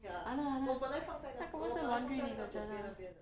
!hanna! !hanna! 那个不是 laundry detergent ah